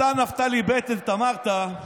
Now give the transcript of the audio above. אתה, נפתלי בנט, אמרת: